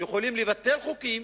יכולים לבטל חוקים,